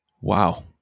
Wow